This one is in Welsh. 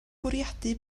bwriadu